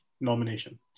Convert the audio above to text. nomination